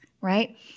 right